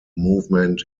movement